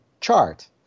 chart